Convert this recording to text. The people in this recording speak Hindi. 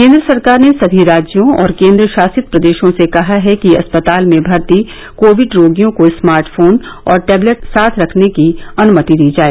केंद्र सरकार ने सभी राज्यों और केंद्रशासित प्रदेशों से कहा है कि अस्पताल में भर्ती कोविड रोगियों को स्मार्टफोन और टेबलेट साथ रखने की अनुमति दी जाए